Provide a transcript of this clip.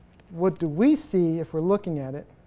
what do we see if we're looking at it.